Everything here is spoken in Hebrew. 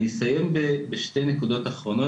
אני אסיים בשתי נקודות אחרונות.